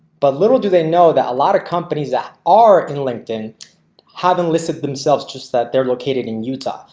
but little do they know that a lot of companies that are in linkedin have enlisted themselves just that they're located in utah.